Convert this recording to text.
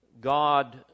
God